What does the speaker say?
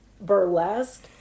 burlesque